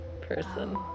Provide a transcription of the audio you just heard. person